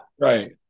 right